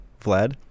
Vlad